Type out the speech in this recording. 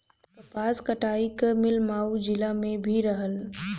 कपास कटाई क मिल मऊ जिला में भी रहल